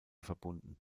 verbunden